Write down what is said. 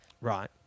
Right